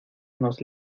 nos